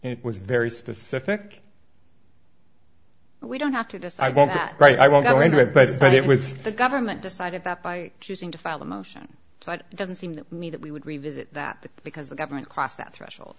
it was very specific and we don't have to decide what's right i won't go into it but but it was the government decided that by choosing to file a motion so it doesn't seem to me that we would revisit that because the government crossed that threshold